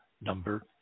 number